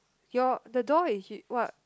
your the door is he what